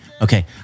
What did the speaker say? okay